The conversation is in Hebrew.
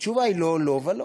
התשובה היא לא, לא ולא.